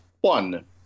One